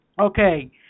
okay